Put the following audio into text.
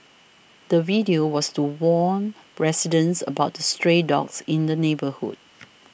the video was to warn residents about the stray dogs in the neighbourhood